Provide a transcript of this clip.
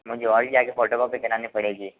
मुझे और भी आगे फोटोकॉपी करानी पड़ेगी